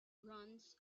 runs